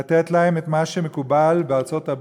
לתת להם את מה שמקובל בארצות-הברית,